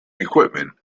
equipment